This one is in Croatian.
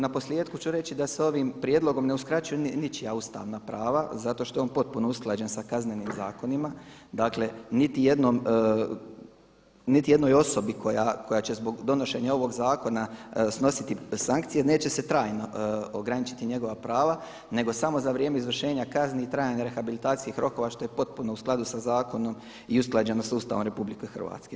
Naposljetku ću reći da sa ovim prijedlogom ne uskraćuju ničija ustavna prava zato što je on potpuno usklađen sa kaznenim zakonima, dakle niti jednoj osobi koja će zbog donošenja ovog zakona snositi sankcije neće se trajno ograničiti njegova prava nego samo za vrijeme izvršenja kazni i trajanja rehabilitacijskih rokova što je potpuno u skladu sa zakonom i usklađeno s Ustavom Republike Hrvatske.